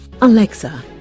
Alexa